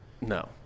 No